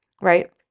right